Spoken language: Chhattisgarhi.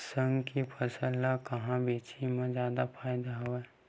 साग के फसल ल कहां बेचे म जादा फ़ायदा हवय?